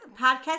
podcast